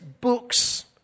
books